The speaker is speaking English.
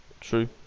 True